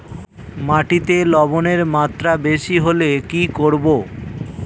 মাটিতে লবণের মাত্রা বেশি হলে কি করব?